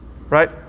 Right